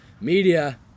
Media